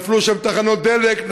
נפלו שם תחנות דלק,